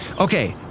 Okay